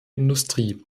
industrie